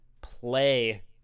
play